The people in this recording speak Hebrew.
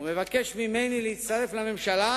הוא מבקש ממני להצטרף לממשלה,